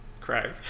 Craig